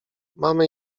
mamy